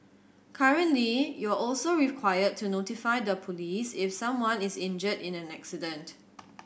currently you're also required to notify the police if someone is injured in an accident